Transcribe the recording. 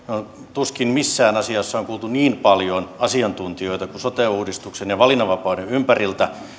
tuskin missään asiassa on kuultu niin paljon asiantuntijoita kuin sote uudistuksen ja valinnanvapauden ympäriltä